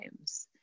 times